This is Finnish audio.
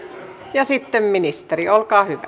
ja sitten ministeri olkaa hyvä